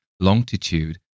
longitude